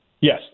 Yes